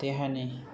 बा देहानि